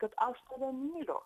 kad aš tave myliu